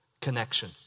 connection